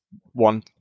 one